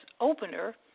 opener